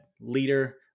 leader